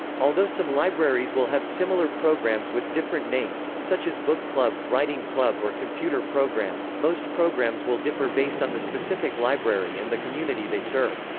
although some libraries will have similar programs with different names, such as book club, writing club or computer programs, most programs will differ based on the specific library and the community they serve.